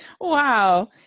Wow